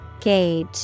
Gauge